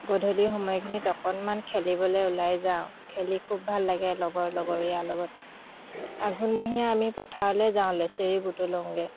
গধূলি সময়খিনিত অকণমান খেলিবলৈ ওলাই যাওঁ খেলি খুব ভাল লাগে লগৰ লগৰীয়াৰ লগত আঘোণমহীয়া আমি পথাৰলৈ যাওঁ লেছেৰি বুটলোঁগৈ